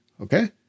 Okay